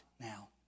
now